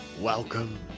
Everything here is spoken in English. welcome